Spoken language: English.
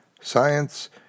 science